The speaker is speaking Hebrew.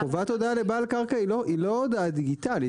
חובת הודעה לבעל קרקע היא לא הודעה דיגיטלית,